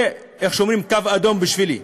זה, איך שאומרים, קו אדום בשבילי.